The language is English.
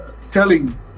telling